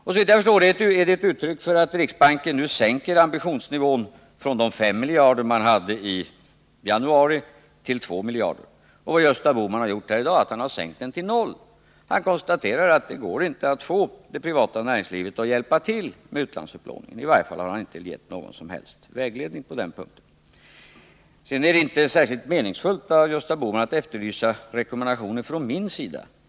Såvitt jag förstår är det ett uttryck för att riksbanken nu sänker ambitionsnivån från de 5 miljarder man hade i januari till 2 miljarder. Vad Gösta Bohman gjort i dag är att han sänkt ambitionsnivån till noll. Han konstaterar att det inte går att få det privata näringslivet att hjälpa till med utlandsupplåningen — i varje fall har han inte gett någon som helst vägledning på den punkten. Sedan är det inte särskilt meningsfullt av Gösta Bohman att efterlysa rekommendationer från min sida.